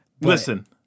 listen